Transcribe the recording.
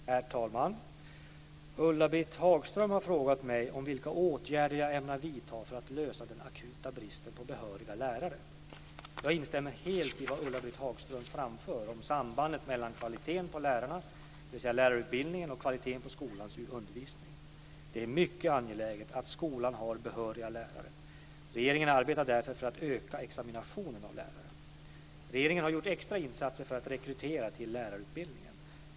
Herr talman! Ulla-Britt Hagström har frågat mig om vilka åtgärder jag ämnar vidta för att lösa den akuta bristen på behöriga lärare. Jag instämmer helt i vad Ulla-Britt Hagström framför om sambandet mellan kvaliteten på lärarna, dvs. lärarutbildningen, och kvaliteten på skolans undervisning. Det är mycket angeläget att skolan har behöriga lärare. Regeringen arbetar därför för att öka examinationen av lärare. Regeringen har gjort extra insatser för att rekrytera till lärarutbildningen.